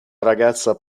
ragazza